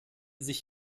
sich